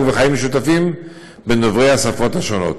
וחיים משותפים בין דוברי השפות השונות.